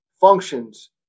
functions